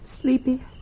sleepy